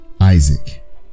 Isaac